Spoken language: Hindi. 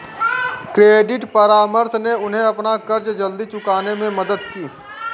क्रेडिट परामर्श ने उन्हें अपना कर्ज जल्दी चुकाने में मदद की